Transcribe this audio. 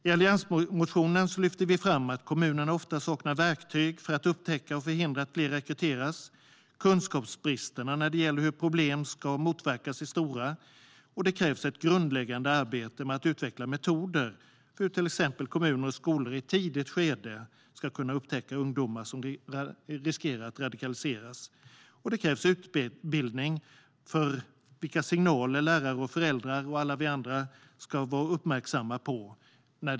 I alliansmotionen framhåller vi att kommunerna ofta saknar verktyg för att upptäcka och förhindra att fler rekryteras. Kunskapsbristerna när det gäller hur problemet ska motverkas är stora. Det krävs ett grundläggande arbete med att utveckla metoder för hur till exempel kommuner och skolor i ett tidigt skede ska kunna upptäcka ungdomar som riskerar att radikaliseras. Det krävs utbildning om vilka signaler lärare, föräldrar och alla vi andra ska vara uppmärksamma på.